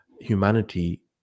humanity